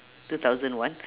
two thousand one